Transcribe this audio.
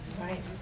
right